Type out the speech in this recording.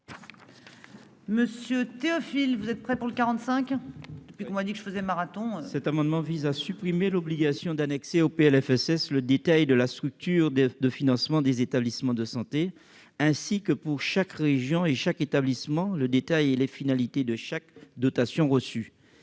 Dominique Théophile. Cet amendement vise à supprimer l'obligation d'annexer aux PLFSS le détail de la structure de financement des établissements de santé et, pour chaque région et chaque établissement, le détail et les finalités de chaque dotation reçue.